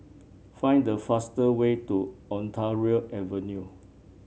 find the fastest way to Ontario Avenue